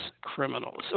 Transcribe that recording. criminals